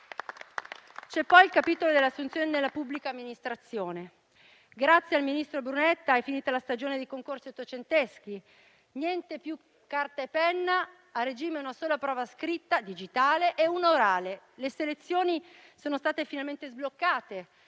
C'è poi il capitolo dell'assunzione nella pubblica amministrazione. Grazie al ministro Brunetta è finita la stagione dei concorsi ottocenteschi; niente più carta e penna: a regime una sola prova scritta digitale e una orale. Le selezioni sono state finalmente sbloccate,